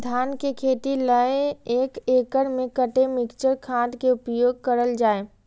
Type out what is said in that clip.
धान के खेती लय एक एकड़ में कते मिक्चर खाद के उपयोग करल जाय?